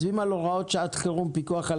מצביעים על הוראות שעת חירום (פיקוח על